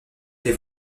des